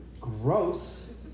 gross